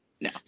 no